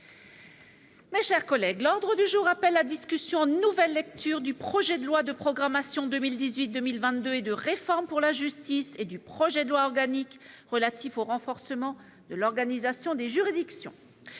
mes chers collègues, nous examinons aujourd'hui, en nouvelle lecture, le projet de loi de programmation 2018-2022 et de réforme pour la justice et le projet de loi organique relatif au renforcement de l'organisation des juridictions,